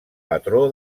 patró